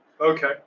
Okay